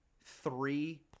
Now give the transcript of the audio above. three